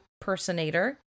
personator